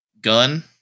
gun